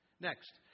Next